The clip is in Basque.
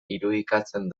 irudikatzen